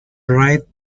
write